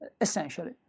essentially